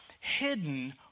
hidden